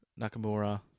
Nakamura